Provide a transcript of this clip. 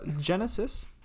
Genesis